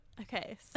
okay